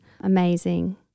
amazing